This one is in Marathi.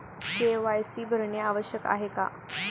के.वाय.सी भरणे आवश्यक आहे का?